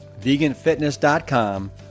veganfitness.com